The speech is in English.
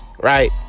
Right